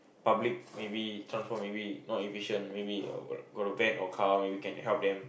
public maybe transport maybe not efficient maybe got a van or car maybe can help them